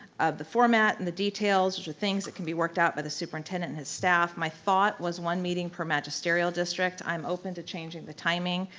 of the format and the details which are things that can be worked out by the superintendent and his staff, my thought was one meeting per magisterial district, i'm open to changing the timing.